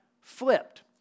flipped